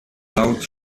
laut